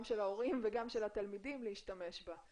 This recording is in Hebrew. גם של ההורים וגם של התלמידים להשתמש בה.